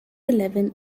eleven